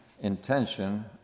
intention